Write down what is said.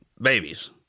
babies